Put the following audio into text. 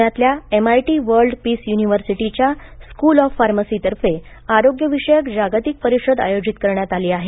पुण्यातील MIT world peace युनिव्हर्सिटीच्या school of फार्मसीतर्फे आरोग्य विषयक जागतिक परिषद आयोजित करण्यात आली आहे